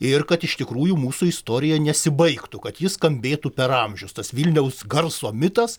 ir kad iš tikrųjų mūsų istorija nesibaigtų kad ji skambėtų per amžius tas vilniaus garso mitas